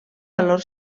valor